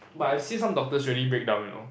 but I see some doctors really breakdown you know